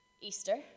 Easter